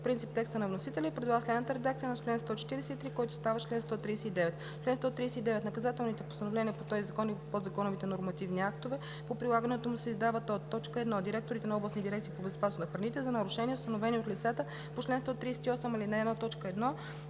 принцип текста на вносителя и предлага следната редакция на чл. 143, който става чл. 139: „Чл. 139. Наказателните постановления по този закон и по подзаконовите нормативни актове по прилагането му се издават от: 1. директорите на областните дирекции по безопасност на храните – за нарушения, установени от лицата по чл. 138, ал. 1, т.